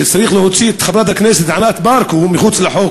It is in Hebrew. שצריך להוציא את חברת הכנסת ענת ברקו מחוץ לחוק,